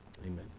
amen